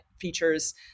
features